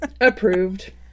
Approved